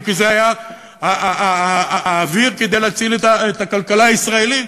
וזה כי זה היה האוויר כדי להציל את הכלכלה הישראלית.